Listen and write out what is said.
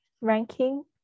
ranking